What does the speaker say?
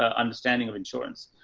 ah understanding of insurance.